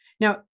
Now